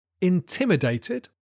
intimidated